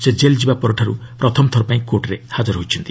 ସେ ଜେଲ୍ ଯିବା ପରଠାରୁ ପ୍ରଥମ ଥରପାଇଁ କୋର୍ଟରେ ହାଜର ହୋଇଛନ୍ତି